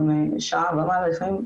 שעה ומעלה לפעמים,